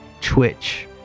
twitch